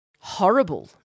horrible